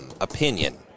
opinion